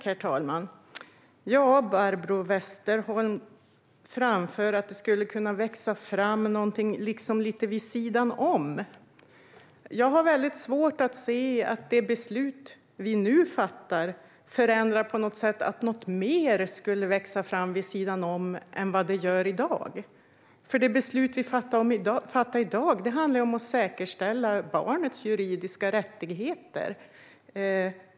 Herr talman! Barbro Westerholm framför att något skulle kunna växa fram liksom lite vid sidan om. Jag har svårt att se att det beslut vi nu fattar på något sätt förändrar detta så att något skulle kunna växa fram vid sidan om mer än det gör i dag. Det beslut vi fattar i dag handlar ju om att säkerställa barnets juridiska rättigheter.